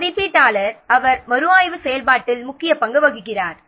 எனவே மதிப்பீட்டாளர் அவர் மறுஆய்வு செயல்பாட்டில் முக்கிய பங்கு வகிக்கிறார்